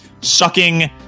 sucking